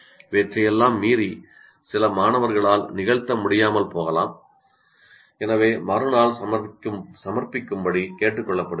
இவற்றையெல்லாம் மீறி சில மாணவர்களால் நிகழ்த்த முடியாமல் போகலாம் எனவே மறுநாள் சமர்ப்பிக்கும்படி கேட்டுக்கொள்ளப்பபடுகின்றனர்